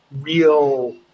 real –